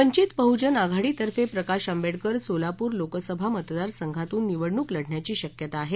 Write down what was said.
वंचित बहुजन आघाडीतर्फे प्रकाश आंबेडकर सोलापूर लोकसभा मतदारसंघातून निवडणूक लढण्याची शक्यता आहे